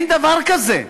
אין דבר כזה.